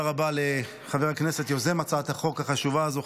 רבה לחבר הכנסת יוזם הצעת החוק החשובה הזו,